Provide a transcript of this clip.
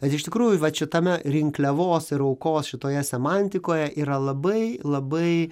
bet iš tikrųjų vat šitame rinkliavos ir aukos šitoje semantikoje yra labai labai